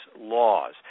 laws